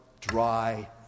dry